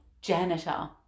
janitor